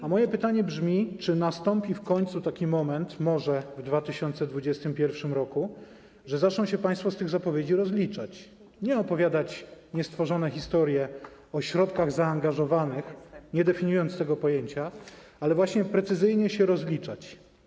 A moje pytanie brzmi: Czy nastąpi w końcu taki moment, może w 2021 r., że zaczną się państwo z tych zapowiedzi rozliczać, nie opowiadać niestworzone historie o środkach zaangażowanych, nie definiując tego pojęcia, ale właśnie precyzyjnie się rozliczać?